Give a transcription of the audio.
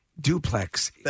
duplex